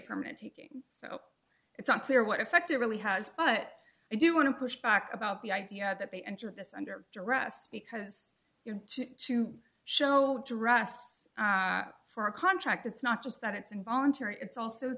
permanent taking so it's not clear what effect it really has but i do want to push back about the idea that they enter this under duress because you're to show dress up for a contract it's not just that it's involuntary it's also